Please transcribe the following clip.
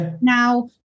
now